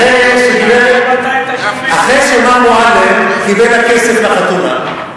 אחרי שמר מועלם קיבל הכסף לחתונה,